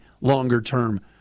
longer-term